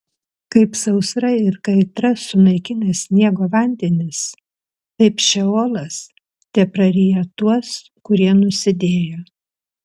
kaip sausra ir kaitra sunaikina sniego vandenis taip šeolas tepraryja tuos kurie nusidėjo